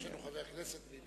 ביבי, יש לנו חבר כנסת ביבי פה.